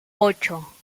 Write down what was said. ocho